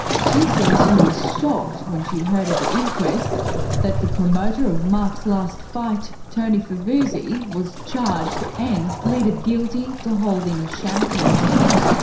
she says she was shocked when she heard at the inquest that the promoter of mark's last fight, tony favuzzi, was charged and pleaded guilty to holding a shamateur event.